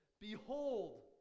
behold